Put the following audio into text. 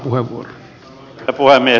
arvoisa herra puhemies